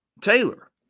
Taylor